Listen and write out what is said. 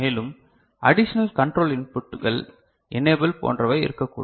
மேலும் additional control இன்புட்கள் enable போன்றவை இருக்கக்கூடும்